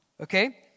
Okay